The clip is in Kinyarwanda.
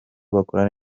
bakorana